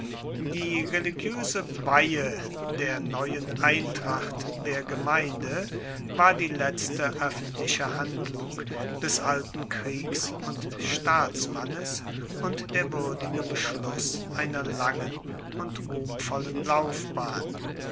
die religioese weihe der neuen eintracht der gemeinde war die letzte oeffentliche handlung des alten kriegs und staatsmannes und der wuerdige beschluss seiner langen und ruhmvollen laufbahn